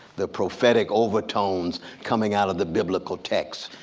the prophetic overtones coming out of the biblical text.